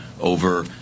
over